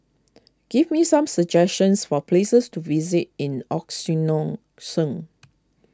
give me some suggestions for places to visit in